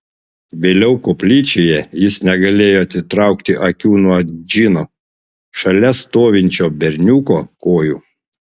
vėliau koplyčioje jis negalėjo atitraukti akių nuo džino šalia stovinčio berniuko kojų